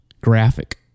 graphic